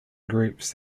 groups